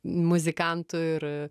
muzikantų ir